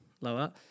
lower